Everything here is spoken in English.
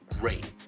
great